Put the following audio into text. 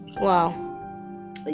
wow